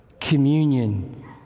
communion